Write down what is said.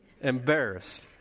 Embarrassed